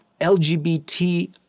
LGBT